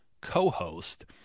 co-host